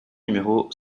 numéro